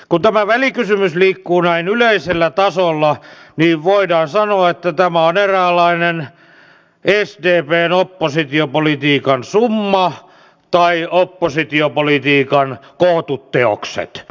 kun tämä välikysymys liikkuu näin yleisellä tasolla niin voidaan sanoa että tämä on eräänlainen sdpn oppositiopolitiikan summa tai oppositiopolitiikan kootut teokset